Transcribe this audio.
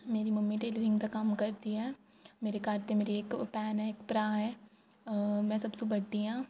मेरी मम्मी डेली दिन दा कम्म करदी ऐ मेरे घर च मेरी इक भैन ऐ इक भ्राऽ ऐ मैं सबतु बड्डी आं